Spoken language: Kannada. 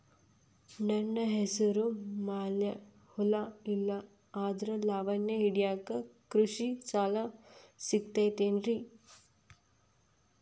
ನನ್ನ ಹೆಸರು ಮ್ಯಾಲೆ ಹೊಲಾ ಇಲ್ಲ ಆದ್ರ ಲಾವಣಿ ಹಿಡಿಯಾಕ್ ಕೃಷಿ ಸಾಲಾ ಸಿಗತೈತಿ ಏನ್ರಿ?